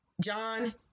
John